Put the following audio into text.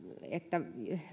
että